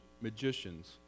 magicians